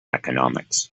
economics